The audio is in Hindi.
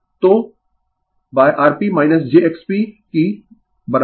तो Rp jXP कि माना g jb